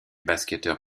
basketteur